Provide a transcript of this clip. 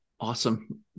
awesome